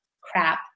crap